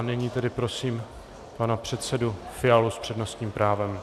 Nyní tedy prosím pana předsedu Fialu s přednostním právem.